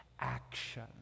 action